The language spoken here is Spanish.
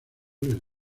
les